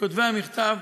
מכותבי המכתב,